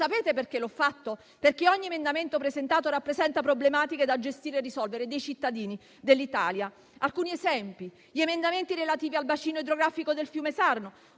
Sapete perché l'ho fatto? Perché ogni emendamento presentato rappresenta problematiche da gestire e risolvere dei cittadini e dell'Italia. Un esempio sono gli emendamenti relativi al bacino idrografico del fiume Sarno,